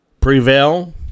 prevail